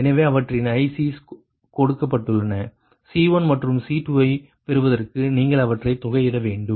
எனவே அவற்றின் ICs கொடுக்கப்பட்டுள்ளன C1 மற்றும் C2 ஐ பெறுவதற்கு நீங்கள் அவற்றை தொகையிட வேண்டும்